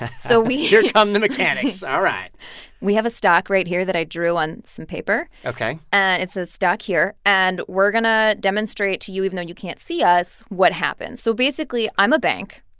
so we. here come the mechanics, all right we have a stock right here that i drew on some paper ok and it's a stock here. and we're going to demonstrate to you, even though you can't see us, what happens. so basically i'm a bank.